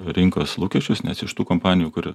rinkos lūkesčius nes iš tų kompanijų kur